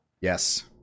yes